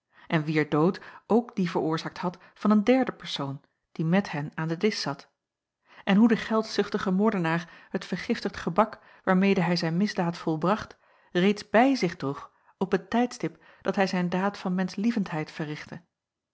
en wier dood ook dien veroorzaakt had van een derde persoon die met hen aan den disch zat en hoe de geldzuchtige moordenaar het vergiftigd gebak waarmede hij zijn misdaad volbracht reeds bij zich droeg op het tijdstip dat hij zijn daad van menschlievendheid verrichtte